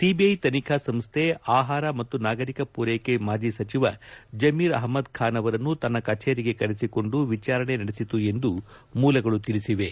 CBI ತನಿಖಾ ಸಂಸ್ಥೆ ಆಹಾರ ಮತ್ತು ನಾಗರಿಕ ಪೂರೈಕೆ ಮಾಜಿ ಸಚಿವ ಜಮೀರ್ ಆಹ್ಮದ್ ಖಾನ್ ಅವರನ್ನು ತನ್ನ ಕಚೇರಿಗೆ ಕರೆಸಿಕೊಂಡು ವಿಚಾರಣೆ ನಡೆಸಿತು ಎಂದು ಮೂಲಗಳು ತಿಳಿಸಿವೆ